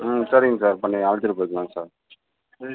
ம் சரிங்க சார் பண்ணி அழைச்சிட்டு போயிடுலாங்க சார்